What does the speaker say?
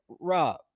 Rob